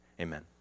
Amen